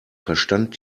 verstand